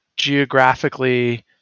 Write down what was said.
geographically